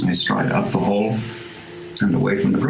and stride up the hall and away from